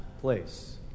place